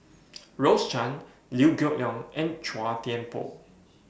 Rose Chan Liew Geok Leong and Chua Thian Poh